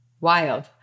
Wild